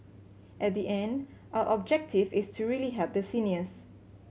at the end our objective is really help the seniors